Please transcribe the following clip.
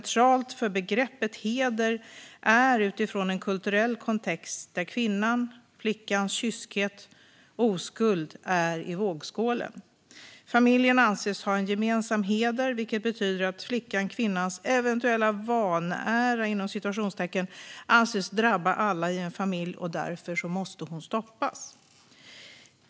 Centralt för begreppet heder är en kulturell kontext där kvinnans och flickans kyskhet och oskuld ligger i vågskålen. Familjen anses ha en gemensam heder, vilket betyder att flickans och kvinnans eventuella "vanära" anses drabba alla i en familj, och därför måste hon stoppas.